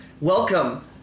Welcome